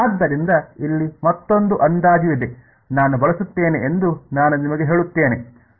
ಆದ್ದರಿಂದ ಇಲ್ಲಿ ಮತ್ತೊಂದು ಅಂದಾಜು ಇದೆ ನಾನು ಬಳಸುತ್ತೇನೆ ಎಂದು ನಾನು ನಿಮಗೆ ಹೇಳುತ್ತೇನೆ